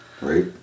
Right